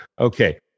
Okay